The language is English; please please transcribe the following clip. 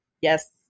Yes